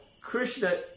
Krishna